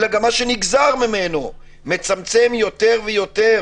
אלא גם מה שנגזר ממנו מצמצם יותר ויותר